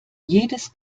jedes